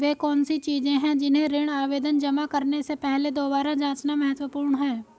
वे कौन सी चीजें हैं जिन्हें ऋण आवेदन जमा करने से पहले दोबारा जांचना महत्वपूर्ण है?